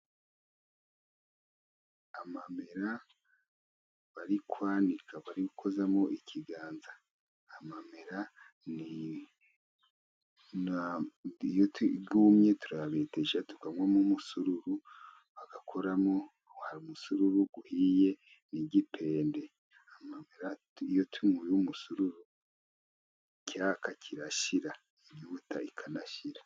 Amamera bari kwanika bari gukozamo ikiganza, amamera iyo yumye turayabetesha tukanywamo umusururu, bagakoramo hari umusururu uhiye n'igipende. Amamera iyo tunyoye umusururu icyaka kirashira, inyota ikanashira.